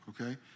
okay